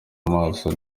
amaso